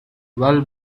well